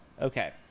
Okay